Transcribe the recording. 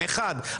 אחד,